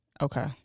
Okay